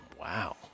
wow